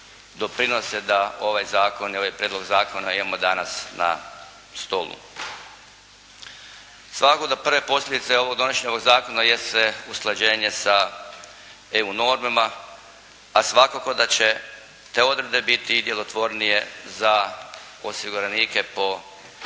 doprinose da ovaj zakon i ovaj prijedlog zakona imamo danas na stolu. Svakako da prve posljedice donošenja ovog zakona jeste usklađenje sa EU normama, a svakako da će te odredbe biti i djelotvornije za osiguranike po osnovi